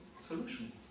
solution